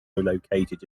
located